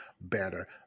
better